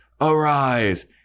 arise